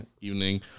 evening